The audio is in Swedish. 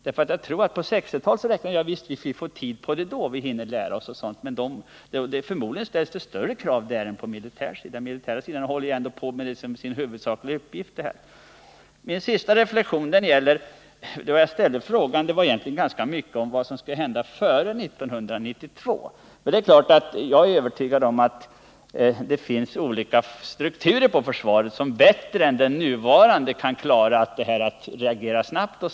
På 1960-talet räknade man med att vi får tid på oss, så att vi hinner lära oss. Förmodligen ställs det större krav där än på den militära sidan, för militären har ju ändå försvarsfrågorna som sin huvudsakliga uppgift. Så till min sista reflexion. När jag framställde interpellationen tänkte jag rätt mycket på vad som skall hända före 1982. Jag är övertygad om att det finns olika strukturer på försvaret som bättre än den nuvarande kan klara att reagera snabbt.